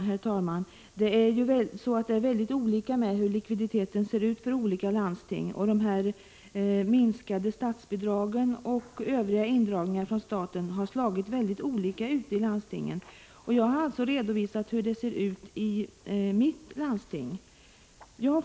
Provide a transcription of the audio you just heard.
Herr talman! Likviditeten kan variera mycket mellan olika landsting. De minskade statsbidragen och övriga indragningar från statens sida har slagit mycket olika ute i de olika landstingen. Jag har redovisat hur det ser ut i mitt landsting.